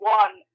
one